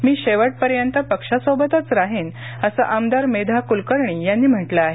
मी शेवटपर्यंत पक्षासोबतच राहीन असं आमदार मेधा कुलकर्णी यांनी म्हटलं आहे